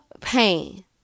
pain